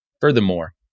Furthermore